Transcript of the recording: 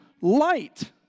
light